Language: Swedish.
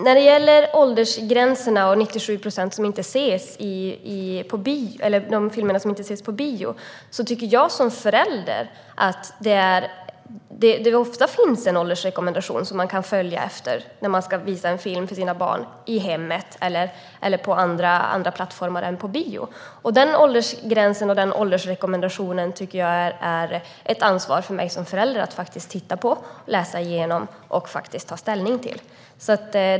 När det gäller åldersgränserna och de 97 procent av filmerna som inte ses på bio tycker jag som förälder att det ofta finns en åldersrekommendation som man kan följa när man ska visa en film för sina barn i hemmet eller på andra plattformar än på bio. Den åldersgränsen och den åldersrekommendationen tycker jag att det är ett ansvar för mig som förälder att titta på, läsa igenom och ta ställning till.